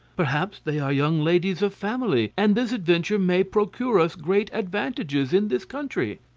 perhaps they are young ladies of family and this adventure may procure us great advantages in this country.